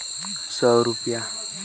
अगर दुई हजार लेत हो ता कतेक ब्याज चलही?